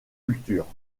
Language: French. cultures